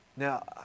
Now